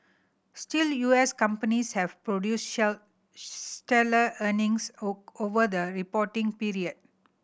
still U S companies have produced stellar earnings over the reporting period